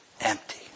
empty